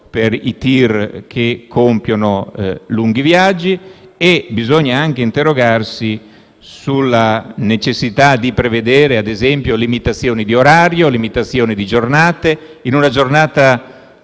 per i tir che compiono lunghi viaggi. Bisogna anche interrogarsi sulla necessità di prevedere, ad esempio, limitazioni di orario e di giornate. In una giornata